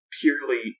purely